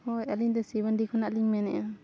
ᱦᱳᱭ ᱟᱹᱞᱤᱧ ᱫᱚ ᱥᱤᱢᱟᱹᱱᱰᱤ ᱠᱷᱚᱱᱟᱜ ᱞᱤᱧ ᱢᱮᱱᱮᱫᱼᱟ